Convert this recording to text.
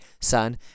son